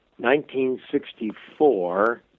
1964